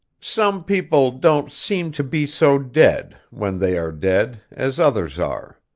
some people don't seem to be so dead, when they are dead, as others are.